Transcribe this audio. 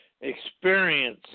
Experience